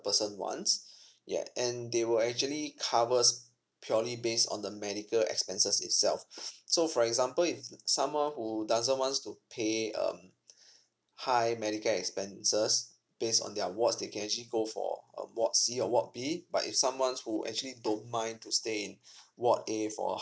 person's want ya and they will actually covers purely based on the medical expenses itself so for example if someone who doesn't want to pay um high medical expenses based on their wards they can actually go for a ward C or ward B but if someone's who actually don't mind to stay in ward A